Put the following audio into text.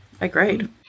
Agreed